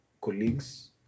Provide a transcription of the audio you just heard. colleagues